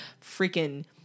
freaking